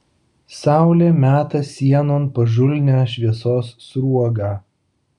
saulė meta sienon pažulnią šviesos sruogą